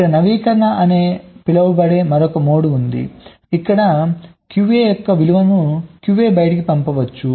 ఇక్కడ నవీకరణ అని పిలువబడే మరొక మోడ్ ఉంది ఇక్కడ QA యొక్క విలువను QA బయటకు పంపవచ్చు